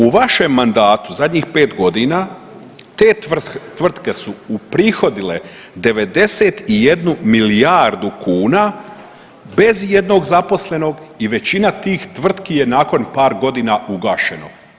U vašem mandatu zadnjih 5 godina, te tvrtke su uprihodile 91 milijardu kuna bez ijednog zaposlenog i većina tih tvrtki je nakon par godina ugašeno.